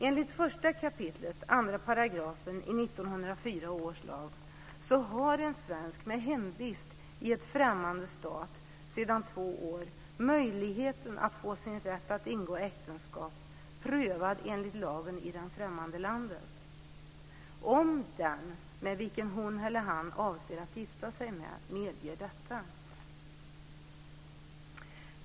Enligt 1 kap. 2 § 1904 års lag har en svensk med hemvist i en främmande stat sedan två år möjligheten att få sin rätt att ingå äktenskap prövad enligt lagen i det främmande landet om den med vilken hon eller han avser att gifta sig med medger detta.